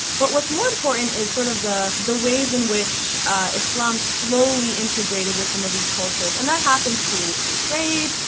but what's more important is sort of the the ways in which islam slowly integrated with some of these cultures. and that happened through through trade,